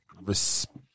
respect